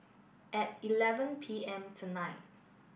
at eleven P M tonight